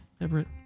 Everett